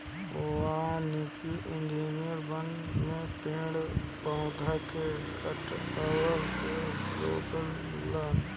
वानिकी इंजिनियर वन में पेड़ पौधा के कटला से रोके लन